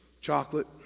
Chocolate